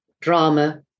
drama